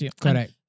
Correct